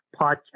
Podcast